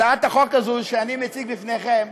הצעת החוק הזאת שאני מציג בפניכם,